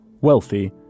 wealthy